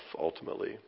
ultimately